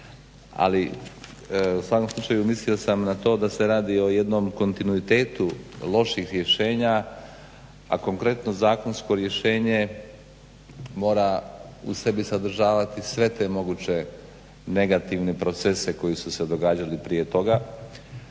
ali u svakom slučaju mislio sam na to da se radi o jednom kontinuitetu loših rješenja, a konkretno zakonsko rješenje mora u sebi sadržavati sve te moguće negativne procese koji su se događali prije toga